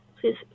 Please